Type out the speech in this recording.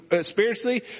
spiritually